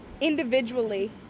individually